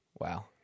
Wow